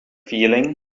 feeling